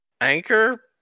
anchor